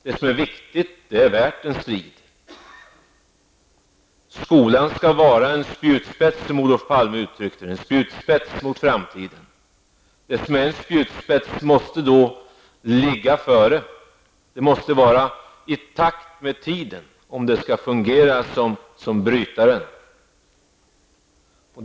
Det som är viktigt är värt en strid. Skolan skall vara en spjutspets -- som Olof Palme uttryckte det -- mot framtiden. Det som är en spjutspets måste ligga före. Det måste vara i takt med tiden om det skall fungera som brytare.